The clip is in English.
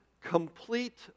complete